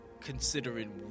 Considering